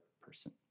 person